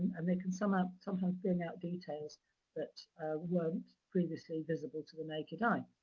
and they can somehow, sometimes bring out details that weren't previously visible to the naked eye.